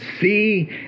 see